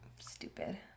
Stupid